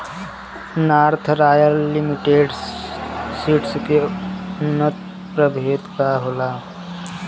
North royal limited seeds के उन्नत प्रभेद का होला?